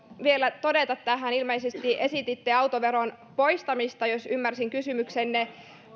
vielä todeta tähän kun ilmeisesti esititte autoveron poistamista jos ymmärsin kysymyksenne